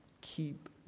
keep